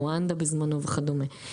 רואנדה בזמנו וכדומה,